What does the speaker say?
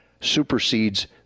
supersedes